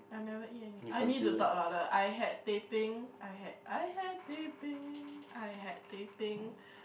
I never eat any I need to talk louder I had Teh-Ping I had I had Teh-Ping I had Teh-Ping